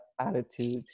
attitude